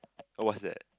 oh what's that